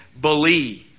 believe